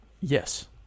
Yes